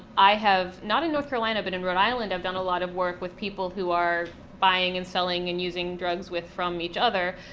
i have not in north carolina, but in rhode island i've done a lot of work with people who are buying and selling and using drugs with from each other,